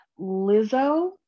Lizzo